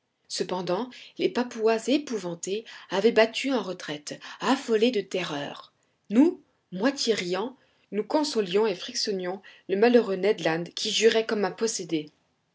cependant les papouas épouvantés avaient battu en retraite affolés de terreur nous moitié riants nous consolions et frictionnions le malheureux ned land qui jurait comme un possédé